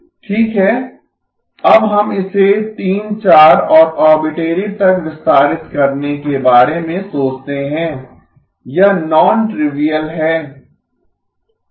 ठीक है अब हम इसे 3 4 और आरबिट्रेरी तक विस्तारित करने के बारे में सोचते हैं यह नॉन ट्रिविअल है